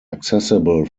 accessible